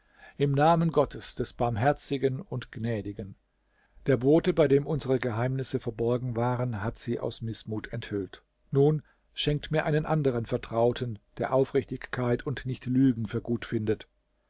im namen gottes des barmherzigen und gnädigen der bote bei dem unsere geheimnisse verborgen waren hat sie aus mißmut enthüllt nun schenkt mir einen anderen vertrauten der aufrichtigkeit und nicht lügen für gut findet